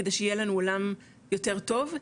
כדי שיהיה לנו עולם יותר טוב,